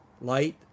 light